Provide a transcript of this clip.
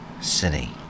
City